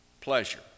pleasure